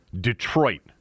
Detroit